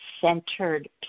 centered